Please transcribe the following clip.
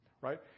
right